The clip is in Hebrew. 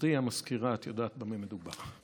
גבירתי המזכירה, את יודעת במה מדובר.